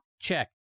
check